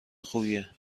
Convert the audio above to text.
خوبیه